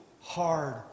hard